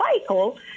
cycle